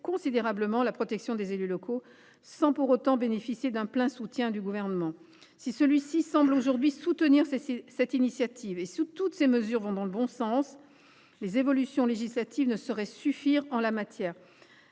considérablement la protection des élus locaux, sans pour autant bénéficier d’un plein soutien du Gouvernement. Si celui ci semble aujourd’hui soutenir cette initiative et si toutes ces mesures vont dans le bon sens, les évolutions législatives ne sauraient suffire en la matière.